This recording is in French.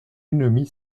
ennemie